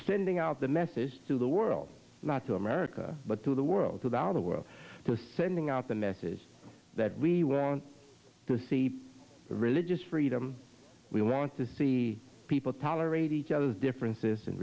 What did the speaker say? sending out the message to the world not to america but to the world to the outer world to sending out the message that we want to see religious freedom we want to see people tolerate each other's differences and